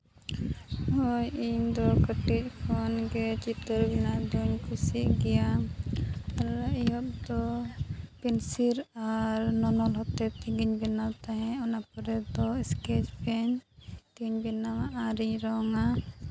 ᱦᱳᱭ ᱤᱧᱫᱚ ᱠᱟᱹᱴᱤᱡ ᱠᱷᱚᱱᱜᱮ ᱠᱤᱛᱟᱹᱵ ᱨᱮᱱᱟᱜ ᱫᱚᱧ ᱠᱩᱥᱤᱜ ᱜᱮᱭᱟ ᱟᱨ ᱮᱦᱚᱵ ᱫᱚ ᱯᱮᱱᱥᱤᱞ ᱟᱨ ᱱᱚᱱᱚᱞ ᱟᱛᱮᱫ ᱛᱮᱜᱤᱧ ᱵᱮᱱᱟᱣ ᱛᱟᱦᱮᱸᱫ ᱛᱟᱨᱯᱚᱨᱮ ᱫᱚ ᱥᱠᱮᱪ ᱯᱮᱱ ᱛᱤᱧ ᱵᱮᱱᱟᱣᱟ ᱟᱨᱤᱧ ᱨᱚᱝᱟ